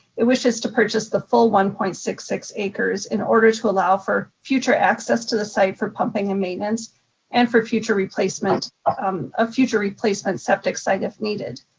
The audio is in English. it wishes to purchase the full one point six six acres in order to allow for future access to the site for pumping and maintenance and for future replacement um ah future replacement septic site if needed.